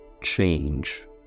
change